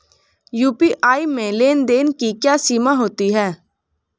UPI में लेन देन की क्या सीमा होती है?